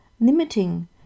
limiting